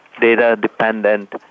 data-dependent